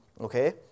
Okay